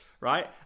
right